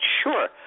sure